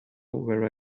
where